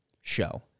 show